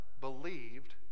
believed